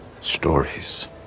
Stories